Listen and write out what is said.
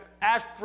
ask